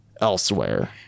elsewhere